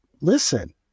Listen